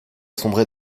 sombré